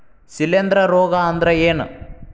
ಶಿಲೇಂಧ್ರ ರೋಗಾ ಅಂದ್ರ ಏನ್?